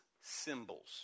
symbols